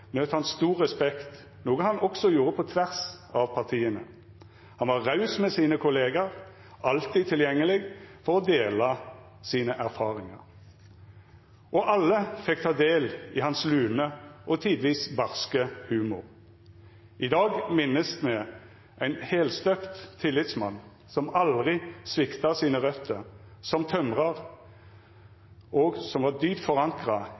nøt han stor respekt, noe han også gjorde på tvers av partiene. Han var raus med sine kolleger, alltid tilgjengelig for å dele sine erfaringer. Og alle fikk ta del i hans lune og tidvis barske humor. I dag minnes vi en helstøpt tillitsmann som aldri sviktet sine røtter som tømrer, og som var